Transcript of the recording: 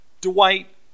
Dwight